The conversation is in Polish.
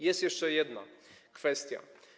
Jest jeszcze jedna kwestia.